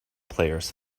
players